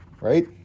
Right